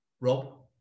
Rob